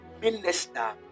minister